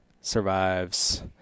survives